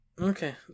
Okay